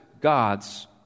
God's